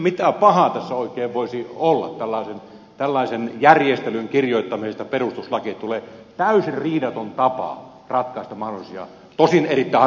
mitä pahaa tässä oikein voisi olla tällaisen järjestelyn kirjoittamisessa perustuslakiin että tulee täysin riidaton tapa ratkaista mahdollisia tosin erittäin harvinaisia ristiriitoja